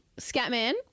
Scatman